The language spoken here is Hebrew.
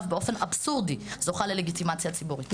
באופן אבסורדי זוכה ללגיטימציה ציבורית.